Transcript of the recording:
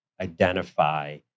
identify